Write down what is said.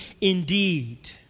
indeed